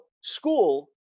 school